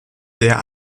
sehr